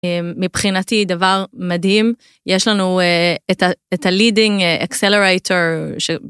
מבחינתי דבר מדהים, יש לנו את הleading accelerator ש...